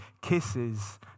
kisses